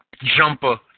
jumper